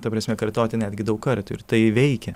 ta prasme kartoti netgi daug kartų ir tai veikia